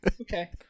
okay